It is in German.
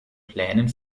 plänen